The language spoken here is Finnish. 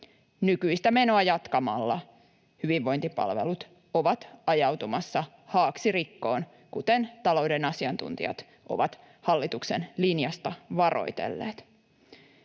Nykyistä menoa jatkamalla hyvinvointipalvelut ovat ajautumassa haaksirikkoon, kuten talouden asiantuntijat ovat hallituksen linjasta varoitelleet.